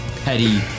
petty